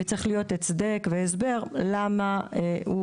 וצריך להיות הצדק והסבר למה הוא,